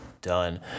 done